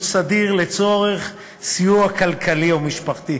סדיר מקבלים לצורך סיוע כלכלי או משפחתי.